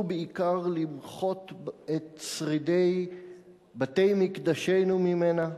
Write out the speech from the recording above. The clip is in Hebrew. בעיקר למחות את שרידי בתי מקדשנו ממנה,